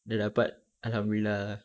dah dapat alhamdulillah ah